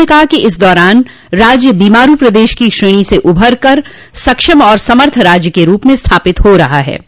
उन्होंने कहा कि इस दौरान राज्य बीमारू प्रदेश की श्रेणी से उभर का सक्षम और समर्थ राज्य के रूप में स्थापित हो रहा है